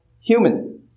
human